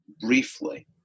briefly